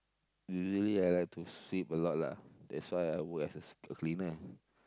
usualy I like to sweep a lot lah that's why I work as a cleaner